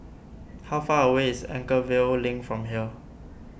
how far away is Anchorvale Link from here